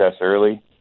early